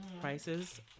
prices